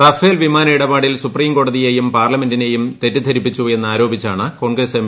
Rafale വിമാന ഇടപാടിൽ സുപ്രീംക്കോട്ടിയേയും പാർലമെന്റിനേയും തെറ്റിദ്ധരിപ്പിച്ചു എന്നാരോപിച്ചാണ് കോൺഗ്രസ് എം